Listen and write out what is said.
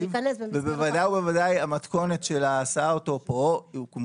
ובוודאי ובוודאי המתכונת של --- מובן,